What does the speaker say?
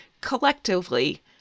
collectively